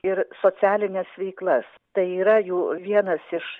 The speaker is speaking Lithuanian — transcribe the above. ir socialines veiklas tai yra jų vienas iš